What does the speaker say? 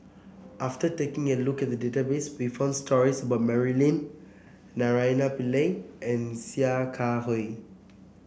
after taking a look at the database we found stories about Mary Lim Naraina Pillai and Sia Kah Hui